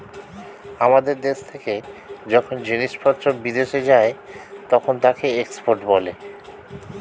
আমাদের দেশ থেকে যখন জিনিসপত্র বিদেশে যায় তখন তাকে এক্সপোর্ট বলে